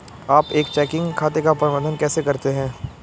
आप एक चेकिंग खाते का प्रबंधन कैसे करते हैं?